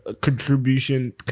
contribution